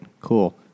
cool